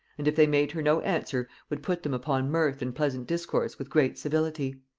and if they made her no answer would put them upon mirth and pleasant discourse with great civility.